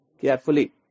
carefully